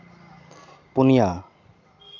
ᱯᱩᱱᱤᱭᱟ